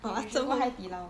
eh we should go 海底捞